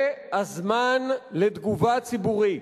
זה הזמן לתגובה ציבורית,